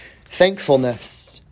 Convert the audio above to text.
Thankfulness